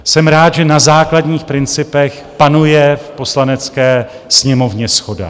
Jsem rád, že na základních principech panuje v Poslanecké sněmovně shoda.